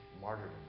martyrdom